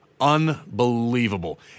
Unbelievable